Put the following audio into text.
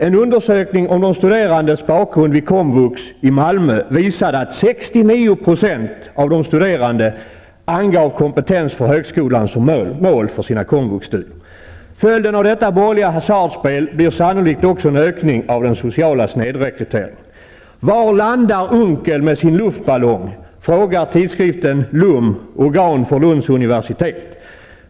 En undersökning om de studerandes bakgrund vid komvux i Malmö visade att 69 % av de studerande angav kompetens för högskolan som mål för sina komvuxstudier. Följden av detta borgerliga hasardspel blir sannolikt också en ökning av den sociala snedrekryteringen. Var landar Unckel med sin luftballong? frågar tidskriften LUM, organ för Lunds universitet.